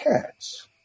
Cats